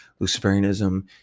Luciferianism